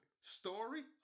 Story